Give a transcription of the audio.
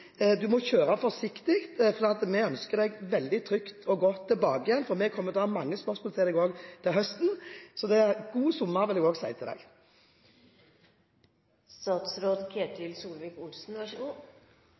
Du må kjøre forsiktig, for vi ønsker å ha deg trygt tilbake igjen, siden vi kommer til å ha mange spørsmål til deg også til høsten. Så god sommer! Takk for det, og takk for lykkønskningene. Jeg gleder meg til